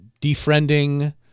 defriending